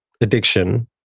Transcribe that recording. addiction